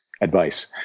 advice